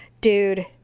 dude